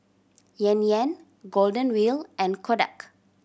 Yan Yan Golden Wheel and Kodak